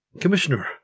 Commissioner